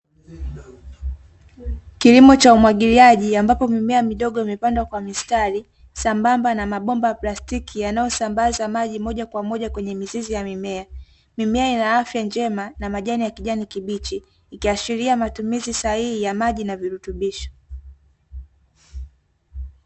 Kilimo cha umwagiliaji ambapo mimea midogo imepandwa kwa mistari, sambamba na mabomba ya plastiki yanayosambaza maji moja kwa moja kwenye mizizi ya mimea. Mmiea ina afya njema na majani ya kijani kibichi ikiashiria matumizi ya sahihi ya maji na virutubisho.